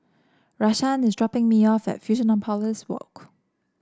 Rashaan is dropping me off at Fusionopolis Walk